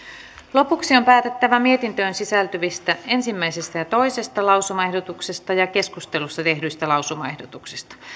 lopuksi on päätettävä mietintöön sisältyvistä ensimmäinen ja toisesta lausumaehdotuksesta ja keskustelussa tehdyistä lausumaehdotuksista